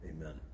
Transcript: Amen